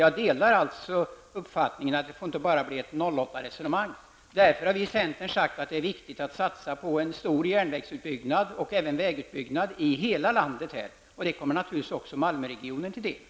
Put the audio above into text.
Jag delar alltså uppfattningen att det inte bara får bli ett 08 resonemang. Därfår har vi från centern sagt att det är viktigt att satsa på en omfattande järnvägsutbyggnad och även vägutbyggnad i hela landet. Det kommer naturligtvis också